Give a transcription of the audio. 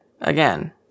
again